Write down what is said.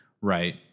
Right